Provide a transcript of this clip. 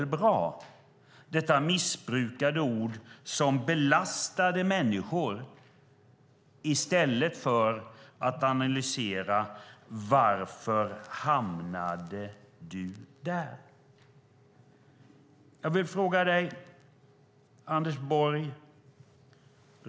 Det är ett missbrukat ord som belastade människor i stället för att analysera varför de hamnat där de hamnat. Jag vill ställa en fråga till Anders Borg.